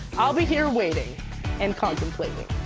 i'll be here waiting and contemplating.